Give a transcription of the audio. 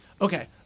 Okay